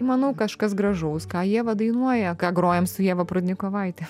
manau kažkas gražaus ką ieva dainuoja ką grojam su ieva prudnikovaite